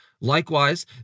Likewise